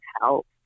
help